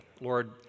Lord